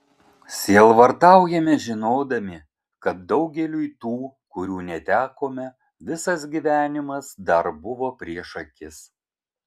sielvartaujame žinodami kad daugeliui tų kurių netekome visas gyvenimas dar buvo prieš akis